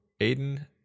Aiden